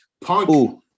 Punk